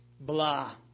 blah